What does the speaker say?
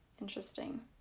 interesting